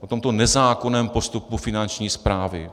O tomto nezákonném postupu Finanční správy?